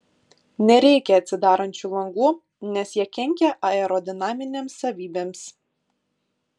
nereikia atsidarančių langų nes jie kenkia aerodinaminėms savybėms